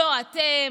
לא אתם,